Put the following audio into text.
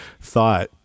thought